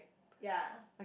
ya